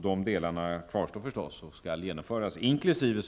De delarna kvarstår naturligtvis och skall genomföras, inkl.